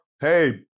hey